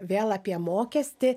vėl apie mokestį